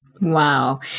wow